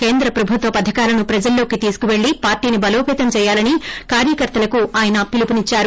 కేంద్ర ప్రభుత్వ పథకాలను ప్రజలలోకి తీసుకుపెళ్లి పార్టీని బలోపతం చేయాలని కార్యకర్తలకు ఆయాన పిలుపునిచ్చారు